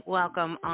welcome